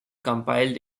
compiled